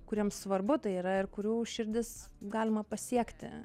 kuriems svarbu tai yra ir kurių širdis galima pasiekti